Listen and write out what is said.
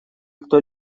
кто